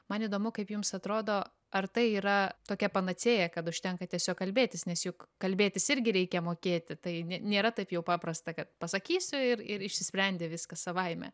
man įdomu kaip jums atrodo ar tai yra tokia panacėja kad užtenka tiesiog kalbėtis nes juk kalbėtis irgi reikia mokėti tai nė nėra taip jau paprasta kad pasakysiu ir ir išsisprendė viskas savaime